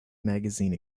magazine